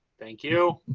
thank you.